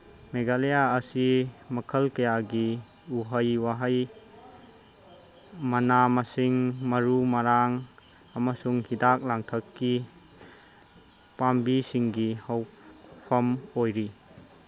ꯃꯦꯒꯥꯂꯌꯥ ꯑꯁꯤ ꯃꯈꯜ ꯀꯌꯥꯒꯤ ꯎꯍꯩ ꯋꯥꯍꯩ ꯃꯅꯥ ꯃꯁꯤꯡ ꯃꯔꯨ ꯃꯔꯥꯡ ꯑꯃꯁꯨꯡ ꯍꯤꯗꯥꯛ ꯂꯥꯡꯊꯛꯀꯤ ꯄꯥꯝꯕꯤꯁꯤꯡꯒꯤ ꯍꯧꯐꯝ ꯑꯣꯏꯔꯤ